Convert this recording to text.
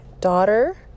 daughter